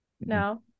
No